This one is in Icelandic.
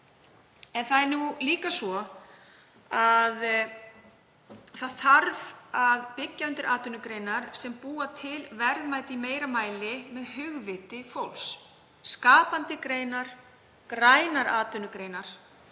Það er líka svo að það þarf að byggja undir atvinnugreinar sem búa til verðmæti í meira mæli með hugviti fólks, skapandi greinar, grænar atvinnugreinar